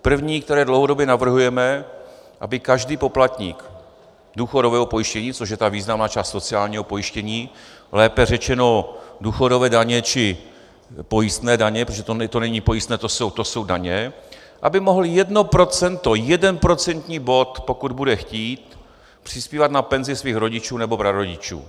První, které dlouhodobě navrhujeme, aby každý poplatník důchodového pojištění, což je ta významná část sociálního pojištění, lépe řečeno důchodové daně či pojistné daně, protože to není pojistné, to jsou daně, aby mohl jedno procento, jeden procentní bod, pokud bude chtít, přispívat na penzi svých rodičů nebo prarodičů.